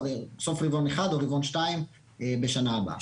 סוף רבעון אחד או רבעון שניים בשנה הבאה.